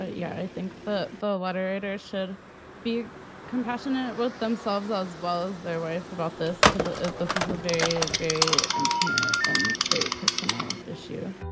ah yeah. i think the voters should be compassionate with themselves as well as their wife about this, because ah this is a very a intimate and very personal issue